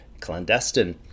clandestine